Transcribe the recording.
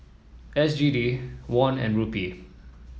S G D Won and Rupee